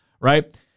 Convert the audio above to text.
right